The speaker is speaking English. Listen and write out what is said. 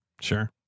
Sure